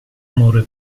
amore